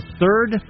third